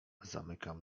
zamykam